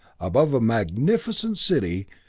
above a magnificent city,